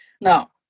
Now